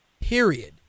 period